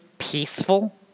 Peaceful